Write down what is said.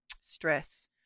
stress